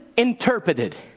Interpreted